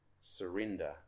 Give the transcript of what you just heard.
surrender